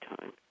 time